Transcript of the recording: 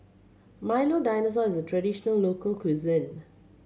Milo Dinosaur is a traditional local cuisine